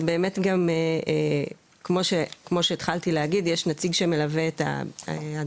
אז באמת כמו שהתחלתי להגיד יש נציג שמלווה את האדם